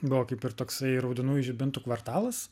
buvo kaip ir toksai raudonųjų žibintų kvartalas